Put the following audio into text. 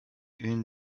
une